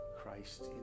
Christ